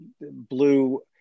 blue